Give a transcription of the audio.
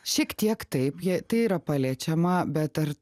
šiek tiek taip jie tai yra paliečiama bet ar